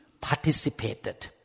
participated